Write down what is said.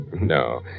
No